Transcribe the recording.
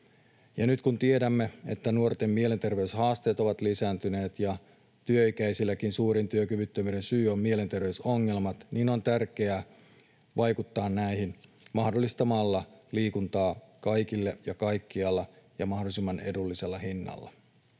nyt, kun tiedämme, että nuorten mielenterveyshaasteet ovat lisääntyneet ja työikäisilläkin suurin työkyvyttömyyden syy on mielenterveysongelmat, on tärkeää vaikuttaa näihin mahdollistamalla liikuntaa kaikille ja kaikkialla ja mahdollisimman edullisella hinnalla.